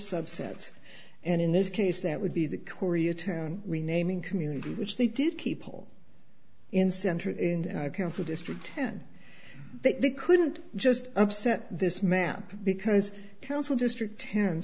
subset and in this case that would be the korea town renaming community which they did people in central council district ten they couldn't just upset this map because council district ten